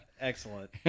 Excellent